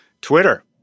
Twitter